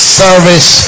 service